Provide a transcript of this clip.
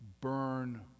burn